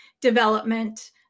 development